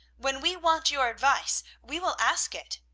when we want your advice, we will ask it.